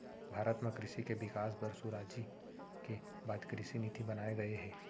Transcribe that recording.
भारत म कृसि के बिकास बर सुराजी के बाद कृसि नीति बनाए गये हे